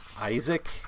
Isaac